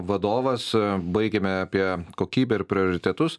vadovas baigėme apie kokybę ir prioritetus